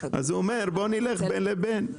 אז הוא אומר בוא נלך בין לבין.